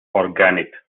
organic